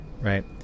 right